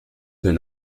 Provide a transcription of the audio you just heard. been